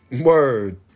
Word